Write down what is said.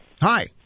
Hi